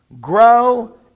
grow